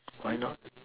why not